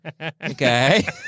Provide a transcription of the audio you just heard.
Okay